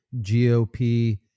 GOP